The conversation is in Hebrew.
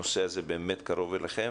הנושא הזה באמת קרוב לליבכם,